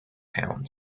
town